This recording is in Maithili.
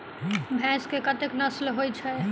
भैंस केँ कतेक नस्ल होइ छै?